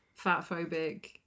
fatphobic